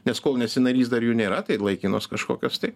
nes kol nesi narys dar jų nėra tai laikinos kažkokios tai